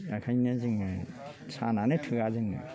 एखायनो जोंनो सानानो थोआ जोंनो